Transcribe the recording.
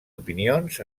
opinions